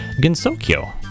Gensokyo